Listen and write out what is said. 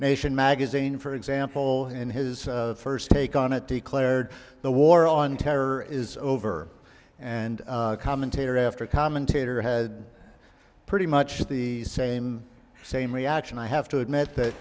nation magazine for example in his first take on it declared the war on terror is over and commentator after commentator had pretty much the same same reaction i have to admit that